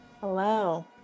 Hello